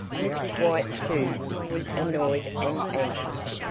mrs. white, too, was annoyed and anxious.